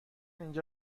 اینجا